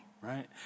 right